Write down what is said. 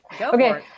Okay